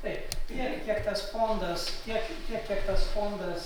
taip tiek kiek tas fondas kiek tiek kiek tas fondas